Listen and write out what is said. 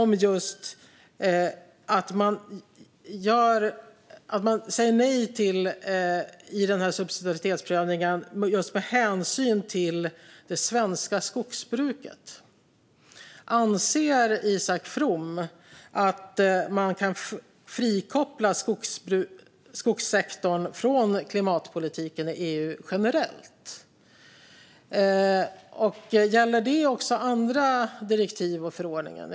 I subsidiaritetsprövningen säger man nej med hänsyn just till det svenska skogsbruket. Anser Isak From att man kan frikoppla skogssektorn från klimatpolitiken i EU generellt? Gäller det också andra direktiv och förordningar?